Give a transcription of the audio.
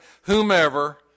whomever